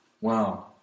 Wow